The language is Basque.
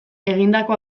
egindako